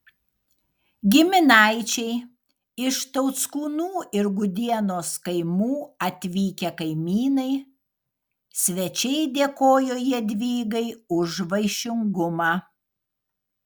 giminaičiai iš tauckūnų ir gudienos kaimų atvykę kaimynai svečiai dėkojo jadvygai už vaišingumą